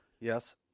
Yes